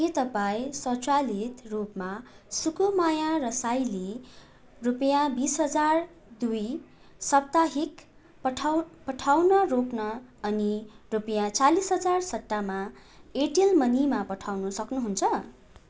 के तपाईँ स्वचालित रूपमा सुकुमाया रसाइली रुपियाँ बिस हजार दुई साप्ताहिक पठाउ पठाउन रोक्न अनि रुपियाँ चालिस हजार सट्टामा एयरटेल मनीमा पठाउनु सक्नुहुन्छ